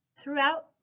throughout